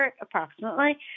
approximately